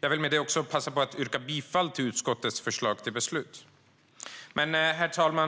Jag vill med det passa på att yrka bifall till utskottets förslag till beslut. Herr talman!